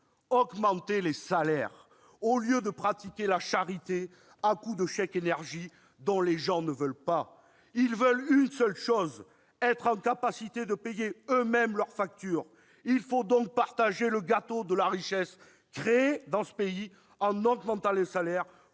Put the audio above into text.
augmenter les salaires, au lieu de pratiquer la charité à coup de chèques énergie, dont les gens ne veulent pas. Ils veulent une seule chose : être en capacité de payer eux-mêmes leurs factures. Il faut donc partager le gâteau de la richesse créée dans ce pays en augmentant les salaires